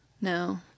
No